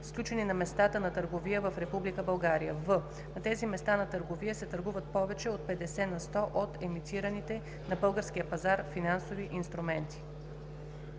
сключени на местата на търговия в Република България; в) на тези места на търговия се търгуват повече от 50 на сто от емитираните на българския пазар финансови инструменти.“